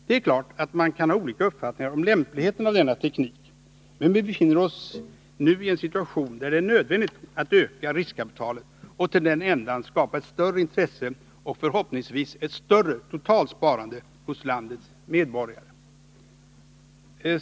Det är klart att det kan finnas olika uppfattningar om lämpligheten av denna teknik. Men vi befinner oss nu i en situation där det är nödvändigt att öka riskkapitalet och till den ändan skapa ett större intresse och förhoppningsvis ett större totalt sparande hos landets medborgare.